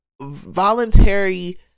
voluntary